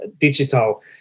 Digital